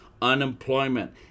unemployment